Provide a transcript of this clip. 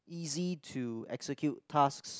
easy to execute tasks